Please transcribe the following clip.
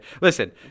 Listen